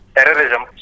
Terrorism